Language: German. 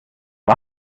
was